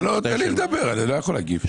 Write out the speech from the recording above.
תן לי לדבר, אני לא יכול להגיב.